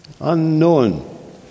Unknown